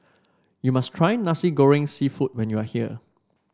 you must try Nasi Goreng seafood when you are here